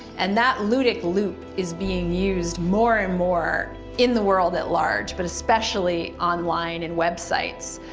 and that ludic loop is being used more and more in the world at large, but especially online and websites.